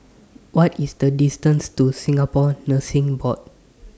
What IS The distance to Singapore Nursing Board